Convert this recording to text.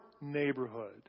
neighborhood